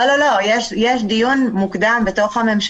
יש לי שאלה שאני מקבלת עליה הרבה פניות,